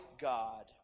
God